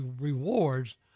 rewards